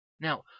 Now